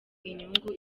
inyungu